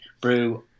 brew